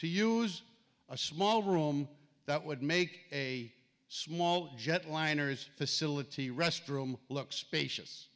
to use a small room that would make a small jetliners facility restroom look spacious